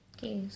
Okay